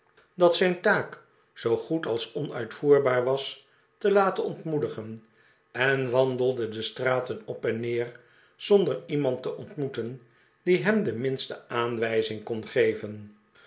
dat zijn taak zoo goed als onuitvoerbaar was te laten ontmoedigen en wandelde de straten op en neer zonder iemand te ontmoeten die hem de minste aanwijzing kon geven